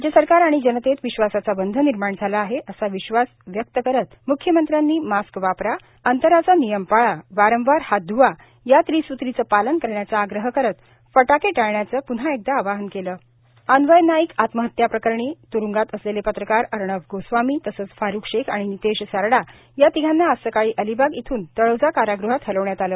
राज्य सरकार आणि जनतेत विश्वासाचा बंध निर्माण झाला आहे असा विश्वासव्यक्त करत म्ख्यमंत्र्यांनी मास्क वापरा अंतराचा नियम पाळा वारंवार हात ध्वा या त्रिसूत्रीचे पालन करण्याचा आग्रह करत फटाके टाळण्याचे आवाहन केले अर्णब गोस्वामी अन्वय नाईक आत्महत्या प्रकरणी त्रूंगात असलेले पत्रकार अर्णब गोस्वामी तसेच फारुख शेख आणि नितेश सारडा या तिघांना आज सकाळी अलिबाग येथून तळोजा काराग़हात हलविण्यात आलं